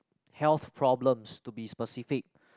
health problems to be specific